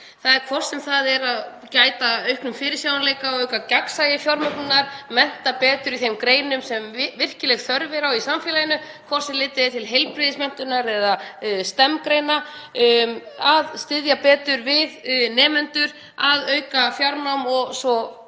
inn á, hvort sem það er að gæta að auknum fyrirsjáanleika og auka gagnsæi fjármögnunar; mennta betur í þeim greinum sem virkileg þörf er á í samfélaginu, hvort sem litið er til heilbrigðismenntunar eða STEM-greina; að styðja betur við nemendur; að auka fjarnám o.s.frv.